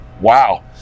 wow